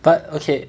but okay